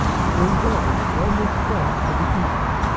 swings off almost sharp to the east,